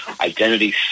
identity